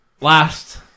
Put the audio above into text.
last